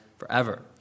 Forever